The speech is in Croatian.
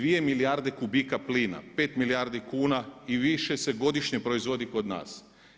2 milijarde kubika plina, 5 milijardi kuna i više se godišnje proizvodi kod nas.